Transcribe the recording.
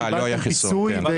קיבלת פיצוי.